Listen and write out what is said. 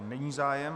Není zájem.